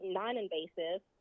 non-invasive